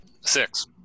Six